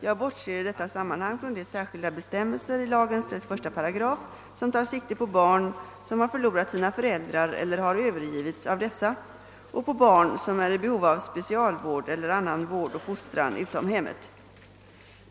Jag bortser i detta sammanhang från de särskilda bestämmelserna i lagens 31 8 som tar sikte på barn, som har förlorat sina föräldrar eller har övergivits av dessa, och på barn, som är i behov av specialvård eller annan vård och fostran utom hemmet.